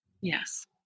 Yes